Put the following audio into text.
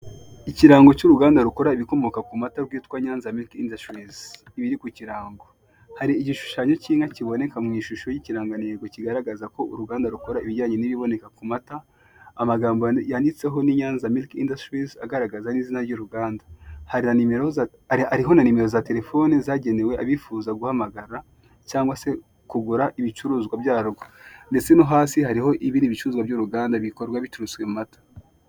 Ikirango cy'uruganda rukora ibikomoka ku mata rwitwa Nyanza mirike indasitiri (Nyanza milk industries) hari igishushanyo cy'inka kiboneka mw'ishusho ryik'irangantego kigaragaza ko uruganda rukora ibijyanye nibiboneka ku mata, amagambo yanditseho ni Nyanza mirike indasitirizi(Inyanza milk industries) agaragaza n'izina ryu ruganda. Hariho na nimero za terefone za bifuza guhamagara cyangwa se kugura ibicuruzwa byo haruguru ndetse no hasi hari ibindi bicuruzwa by' uruganda bikozwe mu mata.